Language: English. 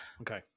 okay